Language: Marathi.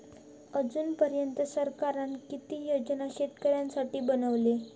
अजून पर्यंत सरकारान किती योजना शेतकऱ्यांसाठी बनवले?